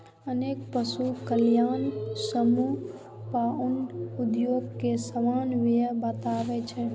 अनेक पशु कल्याण समूह पॉल्ट्री उद्योग कें अमानवीय बताबै छै